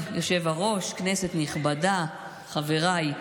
היושב-ראש, כנסת נכבדה, חבריי,